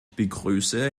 begrüße